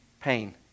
pain